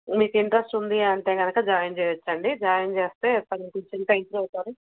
మీకు ఇంటరస్ట్ ఉంది అంటే కనుక జాయిన్ చేయవచ్చు అండి జాయిన్ చేస్తే పనికి వచ్చేంత ఇంప్రూవ్ అవుతాడు